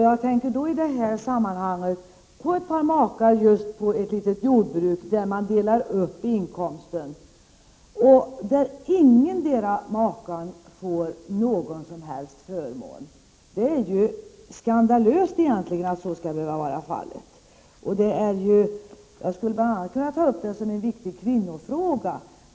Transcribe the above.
Jag tänker i detta sammanhang på ett par makar som har ett litet jordbruk och delar inkomsten, men ingen av makarna får någon som helst förmån. Det är ju skandalöst att så skall behöva vara fallet. Jag skulle bl.a. kunna ta upp detta som en viktig kvinnofråga.